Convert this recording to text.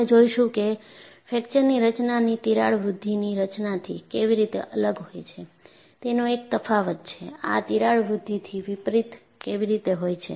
આપણે જોઈશું કેફ્રેક્ચરની રચનાની તિરાડ વૃદ્ધિની રચનાથી કેવી રીતે અલગ હોય છે તેનો એક તફાવત છે આ તિરાડ વૃદ્ધિથી વિપરીત કેવી રીતે હોય છે